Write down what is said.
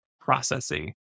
processing